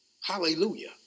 Hallelujah